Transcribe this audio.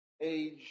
age